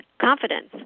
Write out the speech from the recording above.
confidence